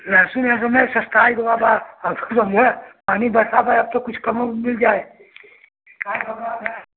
लहसुन वहसुन में सस्ता ही बहुत आ आज कल तो मो है पानी बरसात आता है तो म में मिल जाए